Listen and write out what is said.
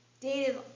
dated